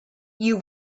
you